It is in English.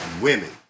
women